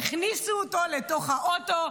והכניסו אותו לתוך האוטו.